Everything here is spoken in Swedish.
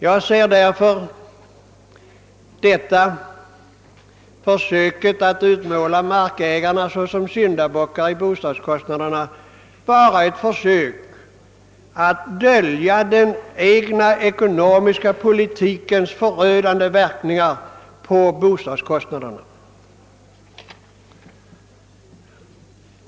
Jag ser därför detta försök att utmåla markägarna som syndabockar bara som ett försök att dölja den egna ekonomiska politikens förödande verkningar på bostadskostnaderna.